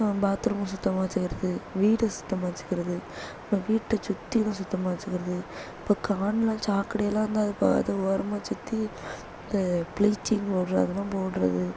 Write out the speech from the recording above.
பாத் ரூமை சுத்தமாக வச்சுக்கறது வீடை சுத்தமாக வச்சுக்கறது வீட்டை சுற்றிலும் சுத்தமாக வச்சுக்கறது இப்போ கானில் சாக்கடையெல்லாம் இருந்தால் அதை பா அது ஓரமாக சுற்றி இந்த ப்ளீச்சிங் பவுடர் அதெல்லாம் போடுறது